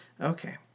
Okay